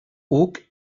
hug